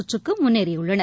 சுற்றுக்குமுன்னேறியுள்ளனர்